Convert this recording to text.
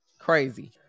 Crazy